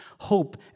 hope